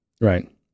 right